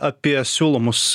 apie siūlomus